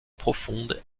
profonde